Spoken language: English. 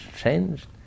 changed